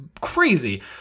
crazy